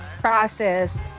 processed